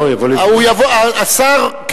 השר,